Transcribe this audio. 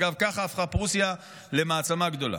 אגב, ככה הפכה פרוסיה למעצמה גדולה,